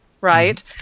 right